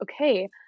okay